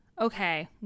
okay